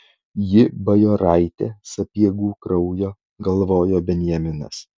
ji bajoraitė sapiegų kraujo galvojo benjaminas